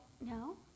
no